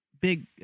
big